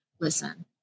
listen